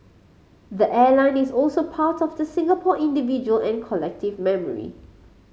the airline is also part of the Singapore individual and collective memory